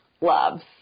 loves